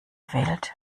wild